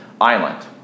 island